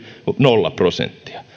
nolla prosenttia